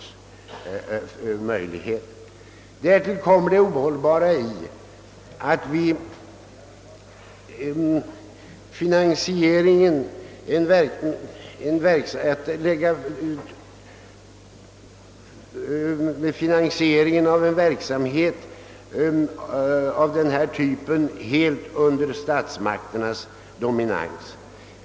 Därtill kommer det ohållbara i att lägga finansieringen av en verksamhet av denna typ helt under statsmakternas dominans.